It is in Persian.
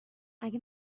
اگه